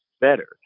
better